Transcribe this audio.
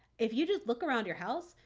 if you just look around your house,